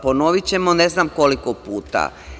Ponovićemo, ne znam koliko puta.